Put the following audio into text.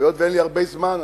היות שאין לי הרבה זמן,